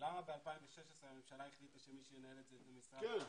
למה ב-2016 הממשלה החליטה שמי שינהל את זה זה משרד הבריאות?